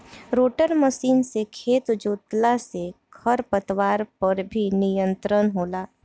rotor machine से खेत जोतला से खर पतवार पर भी नियंत्रण होला